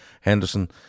Henderson